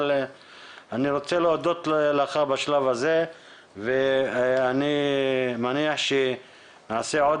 אבל אני רוצה להודות לך בשלב הזה ואני מניח שנעשה עוד